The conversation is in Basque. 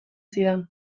zidan